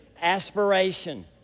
aspiration